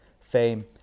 fame